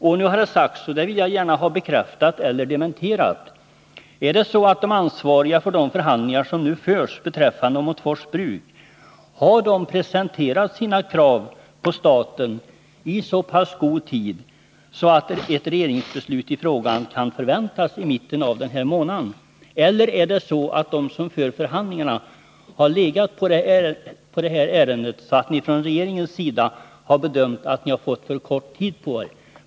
Det har sagts — och det vill jag gärna ha bekräftat eller dementerat — att de ansvariga för de förhandlingar som nu förs i fråga om Åmotfors bruk har presenterat sina svar till staten i så pass god tid att ett regeringsbeslut i frågan kan förväntas i mitten av den här månaden. Eller är det så att de som för förhandlingarna har legat på detta ärende, så att ni från regeringens sida har bedömt att ni har fått för kort tid på er?